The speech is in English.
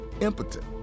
impotent